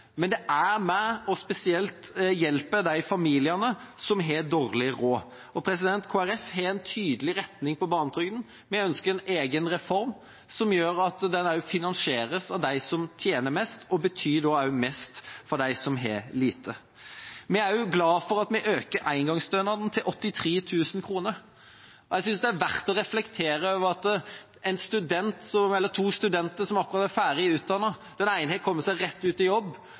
men det er med på å hjelpe spesielt de familiene som har dårlig råd. Kristelig Folkeparti har en tydelig retning på barnetrygden. Vi ønsker en egen reform som gjør at den også finansieres av de som tjener mest, og den betyr da også mest for dem som har lite. Vi er også glad for at vi øker engangsstønaden til 83 000 kroner. Jeg synes også det er verdt å reflektere over dette: Av to studenter som akkurat er ferdig utdannet, kan den ene, som har kommet seg rett ut i jobb,